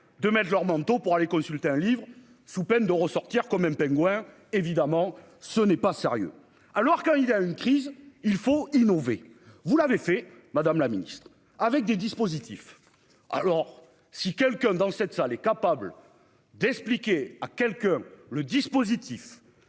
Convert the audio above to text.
de mettre leurs manteaux pour aller consulter un livre sous peine de ressortir comme un pingouin, évidemment ce n'est pas sérieux. Alors quand il y a une crise, il faut innover. Vous l'avez fait madame la Ministre, avec des dispositifs. Alors si quelqu'un dans cette salle est capable d'expliquer à quelqu'un, le dispositif.